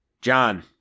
John